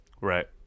Right